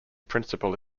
principle